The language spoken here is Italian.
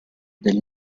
del